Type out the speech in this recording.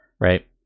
right